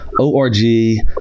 O-R-G